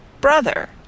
Brother